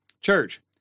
church